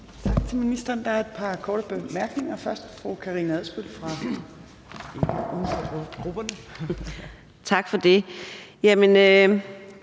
Tak til ministeren. Der er et par korte bemærkninger, først fra fru Karina Adsbøl, uden for